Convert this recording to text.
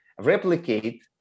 replicate